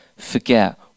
forget